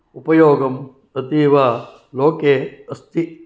उपयोगम् अतीव लोके अस्ति